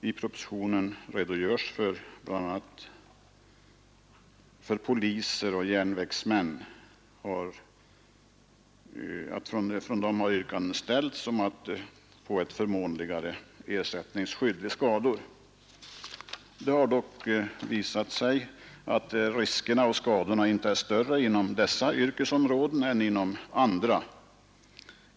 I propositionen redogörs för att yrkanden har framställts om ett förmånligare ekonomiskt skydd vid skador för bl.a. polismän och järnvägsmän. Det har dock visat sig att riskerna för skador inte är större inom dessa yrkesområden än inom andra.